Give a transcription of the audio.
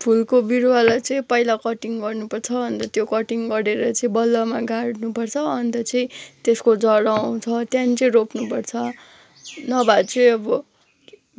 फुलको बिरुवालाई चाहिँ पहिला कटिङ गर्नुपर्छ अन्त त्यो कटिङ गरेर चाहिँ बलुवामा गाड्नुपर्छ अन्त चाहिँ त्यसको जरा आउँछ त्यहाँदेखि चाहिँ रोप्नुपर्छ नभए चाहिँ अब